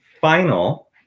final